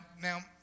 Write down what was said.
now